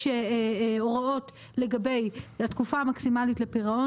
יש הוראות לגבי התקופה המקסימלית לפירעון